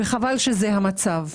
חבל שזה המצב.